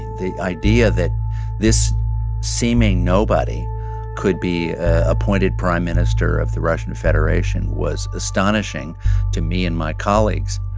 the idea that this seeming nobody could be appointed prime minister of the russian federation was astonishing to me and my colleagues.